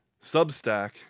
Substack